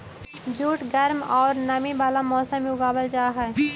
jute गर्म औउर नमी वाला मौसम में उगावल जा हई